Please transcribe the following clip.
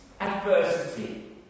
adversity